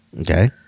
Okay